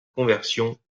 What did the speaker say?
conversion